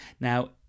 Now